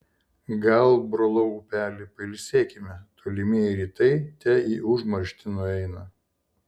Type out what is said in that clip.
gal brolau upeli pailsėkime tolimieji rytai te į užmarštį nueina